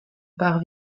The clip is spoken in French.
part